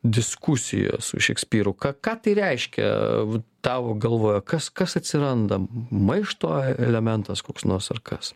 diskusiją su šekspyru ką ką tai reiškia tavo galvoje kas kas atsirandam maišto e elementas koks nors ar kas